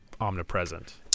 omnipresent